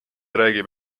räägib